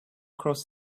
cross